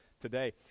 today